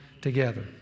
together